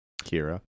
Kira